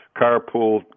carpool